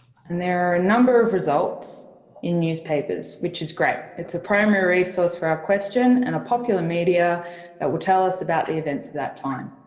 there are a number of results in newspapers, which is great. it's a primary resource for our question and a popular media that will tell us about the events at that time.